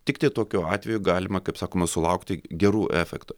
tiktai tokiu atveju galima kaip sakoma sulaukti gerų efektų